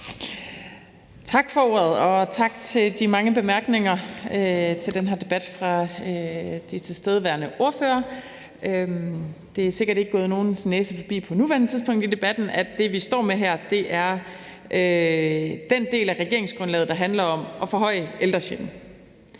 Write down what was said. Tak for ordet, og tak for de mange bemærkninger i den her debat fra de tilstedeværende ordførere. Det er sikkert ikke gået nogens næse forbi på nuværende tidspunkt i debatten, at det, vi står med her, er den del af regeringsgrundlaget, der handler om at forhøje ældrechecken.